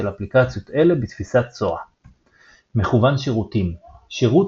אפליקציות אלה בתפיסת SOA. מכוון שירותים שירות